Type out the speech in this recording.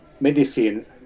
medicine